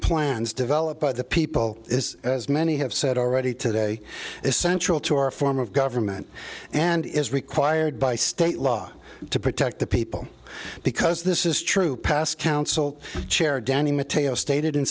plans developed by the people is as many have said already today is central to our form of government and is required by state law to protect the people because this is true passed council chair danny material stated in